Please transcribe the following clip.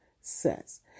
says